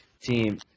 team